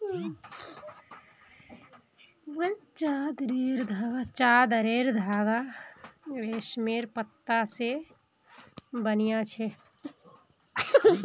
चादरेर धागा रेशमेर पत्ता स बनिल छेक